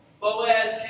Boaz